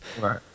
Right